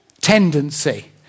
tendency